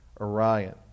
Orion